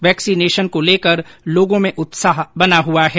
vaccination को लेकर लोगों में उत्साह बना हुआ है